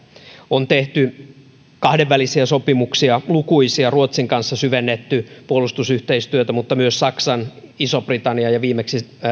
on tehty kahdenvälisiä sopimuksia lukuisia ruotsin kanssa syvennetty puolustusyhteistyötä mutta myös saksan ison britannian ja viimeksi